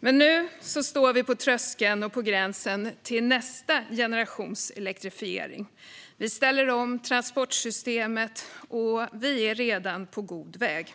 Nu står vi på tröskeln till nästa generations elektrifiering. Vi ställer om transportsystemet. Vi är redan på god väg.